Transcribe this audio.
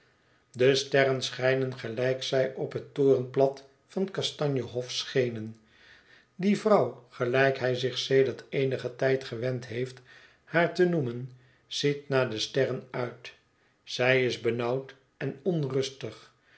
de sterren schijnen gelijk zij op het torenplat van kastanje hof schenen die vrouw gelijk hij zich sedert eenigen tijd gewend heeft haar te noemen ziet naar de sterren uit zij is benauwd en onrustig